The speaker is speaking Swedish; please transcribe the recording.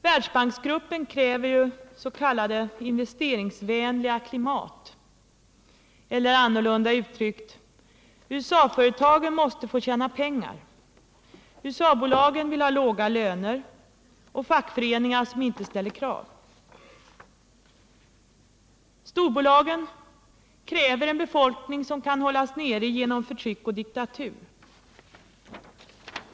Världsbanksgruppen kräver s.k. investeringsvänliga klimat eller annorlunda uttryckt — USA-företagen måste få tjäna pengar, USA-bolagen vill ha låga löner och fackföreningar som inte ställer krav. Storbolagen kräver en befolkning som kan hållas nere genom förtryck och diktatur.